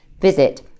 Visit